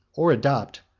or adopt,